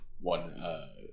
one